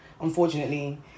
unfortunately